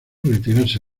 retirarse